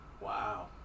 Wow